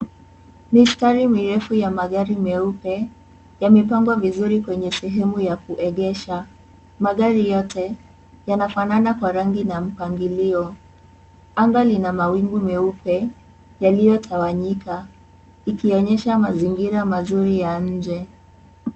Misitari mirefu ya magari meupe yamepangwa vizuri kwenye sehemu ya kuegesha, magari yote yanafanana kwa rangi na mpangilio, anga lina mawingu meupe yaliyo tawanyika ikionyesha mazingira mazuri ya nje.